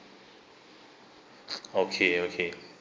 okay okay